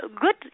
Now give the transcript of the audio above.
good